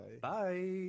Bye